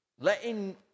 Letting